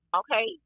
okay